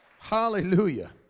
Hallelujah